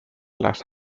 las